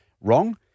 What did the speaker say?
wrong